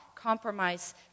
compromise